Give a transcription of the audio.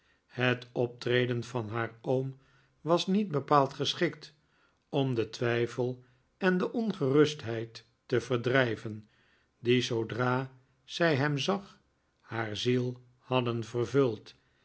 het optreden van haar oom was niet bepaald geschikt om den twijfel en de ongerustheid te verdrijven die zoodra zij hem zag haar ziel hadden vervuld